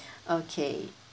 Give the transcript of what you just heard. okay